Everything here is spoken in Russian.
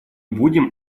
будем